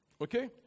Okay